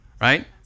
Right